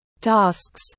tasks